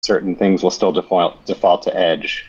certain things will still default to edge